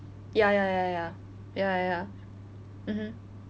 ya ya ya ya ya ya ya mmhmm